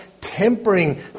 tempering